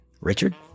Richard